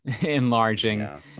enlarging